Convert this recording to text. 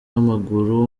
w’amaguru